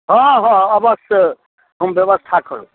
हाँ हाँ अवश्य हम व्यवस्था करब